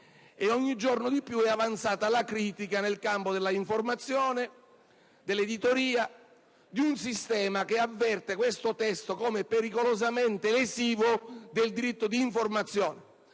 ogni giorno di più è avanzata la critica nel campo dell'informazione, dell'editoria, di un sistema che avverte questo provvedimento come pericolosamente lesivo del diritto di informazione,